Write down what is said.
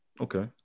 Okay